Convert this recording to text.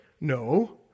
no